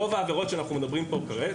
רוב העבירות שאנחנו מדברים פה כרגע,